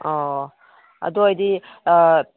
ꯑꯣ ꯑꯗꯨ ꯑꯣꯏꯔꯗꯤ